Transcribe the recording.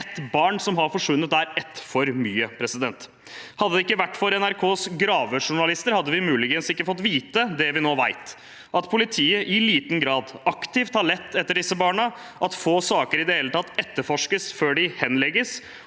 ett barn som har forsvunnet, er ett for mye. Hadde det ikke vært for NRKs gravejournalister, hadde vi muligens ikke fått vite det vi nå vet: at politiet i liten grad aktivt har lett etter disse barna, at få saker i det hele tatt etterforskes før de henlegges,